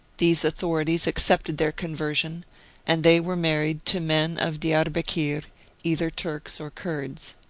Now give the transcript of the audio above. these authorities accepted their conversion and they were married to men of diarbekir, either turks or kurds.